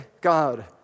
God